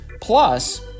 Plus